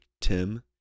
Tim